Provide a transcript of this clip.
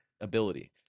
ability